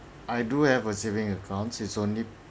I do have a saving accounts it's only